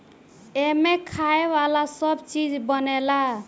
एमें खाए वाला सब चीज बनेला